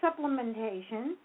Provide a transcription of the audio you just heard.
supplementation